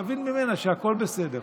ותבין ממנה שהכול בסדר.